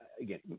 again